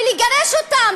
לגרש אותם,